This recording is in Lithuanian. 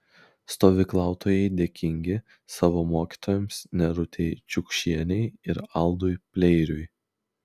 stovyklautojai dėkingi savo mokytojams nerutei čiukšienei ir aldui pleiriui